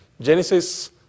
Genesis